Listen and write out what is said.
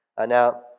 Now